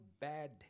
bad